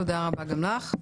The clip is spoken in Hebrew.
תודה רבה גם לך.